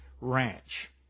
Ranch